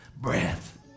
breath